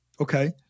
Okay